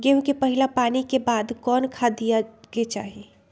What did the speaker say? गेंहू में पहिला पानी के बाद कौन खाद दिया के चाही?